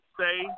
say